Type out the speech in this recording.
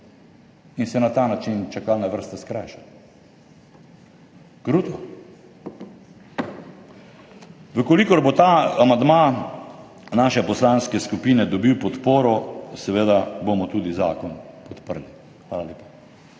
In se na ta način čakalne vrste skrajšajo. Kruto. Če bo ta amandma naše poslanske skupine dobil podporo, bomo seveda tudi zakon podprli. Hvala lepa.